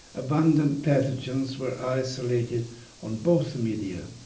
abundant pathogens were isolated on both media.